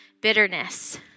bitterness